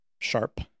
Sharp